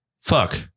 fuck